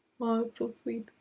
so sweet.